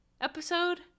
episode